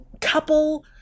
couple